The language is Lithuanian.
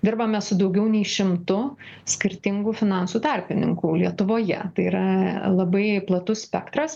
dirbame su daugiau nei šimtu skirtingų finansų tarpininkų lietuvoje tai yra labai platus spektras